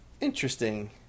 Interesting